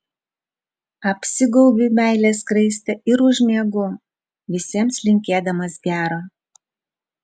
apsigaubiu meilės skraiste ir užmiegu visiems linkėdamas gero